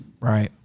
right